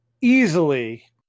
easily